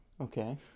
okay